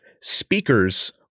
speakers